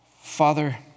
Father